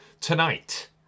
Tonight